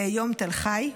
יום תל חי,